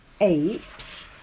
Apes